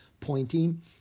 pointing